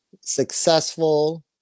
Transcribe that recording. successful